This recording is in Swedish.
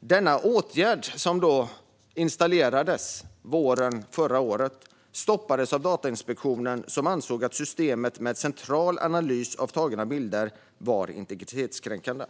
Denna åtgärd som vidtogs under våren förra året stoppades av Datainspektionen som ansåg att systemet med central analys av tagna bilder var integritetskränkande.